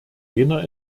jener